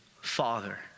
father